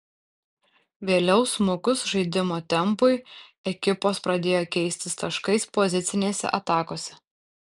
vėliau smukus žaidimo tempui ekipos pradėjo keistis taškais pozicinėse atakose